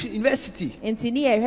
university